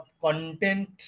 content